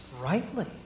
rightly